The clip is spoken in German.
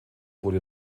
wurde